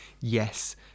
yes